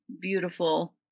beautiful